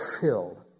filled